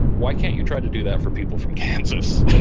why can't you try to do that for people from kansas?